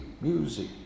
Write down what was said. music